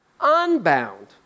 unbound